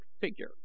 figure